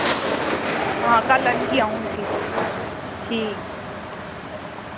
आं कल्ल आनगी अंऊ इसी ठीक